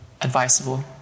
advisable